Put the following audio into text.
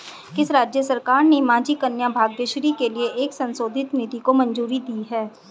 किस राज्य सरकार ने माझी कन्या भाग्यश्री के लिए एक संशोधित नीति को मंजूरी दी है?